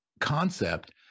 concept